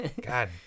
God